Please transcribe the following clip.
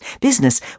Business